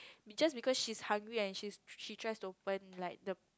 is just because she's hungry and she's she tries to open like the